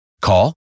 Call